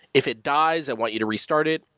if it dies, i want you to restart it.